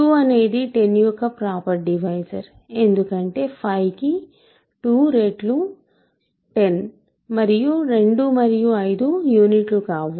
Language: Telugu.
2 అనేది 10 యొక్క ప్రాపర్ డివైజర్ ఎందుకంటే 5కి 2 రెట్లు 10 మరియు 2 మరియు 5 యూనిట్లు కావు